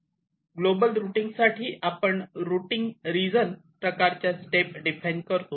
global routing साठी आपण routing region प्रकारच्या स्टेप डिफाइन करतो